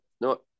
No